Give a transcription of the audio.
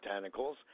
Botanicals